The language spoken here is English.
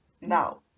Now